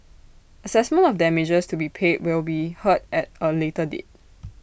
Assessment of damages to be paid will be heard at A later date